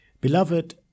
Beloved